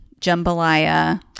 jambalaya